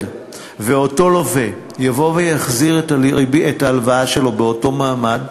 ואותו לווה יבוא ויחזיר את ההלוואה שלו באותו מעמד,